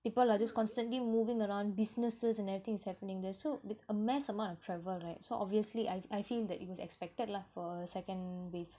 people are just constantly moving around businesses and everything is happening there so vi~ a mass amount of travel right so obviously I I feel that it was expected lah for a second wave